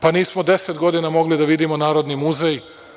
Pa, nismo deset godina mogli da vidimo Narodni muzej.